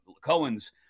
Cohen's